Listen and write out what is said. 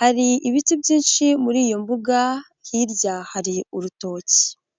hari ibiti byinshi muri iyo mbuga hirya hari urutoki.